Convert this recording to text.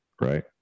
right